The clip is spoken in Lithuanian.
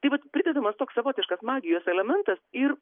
tai vat pridedamas toks savotiškas magijos elementas ir